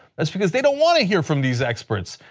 that's because they don't want to hear from these experts.